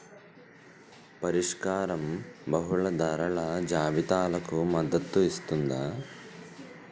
పరిష్కారం బహుళ ధరల జాబితాలకు మద్దతు ఇస్తుందా?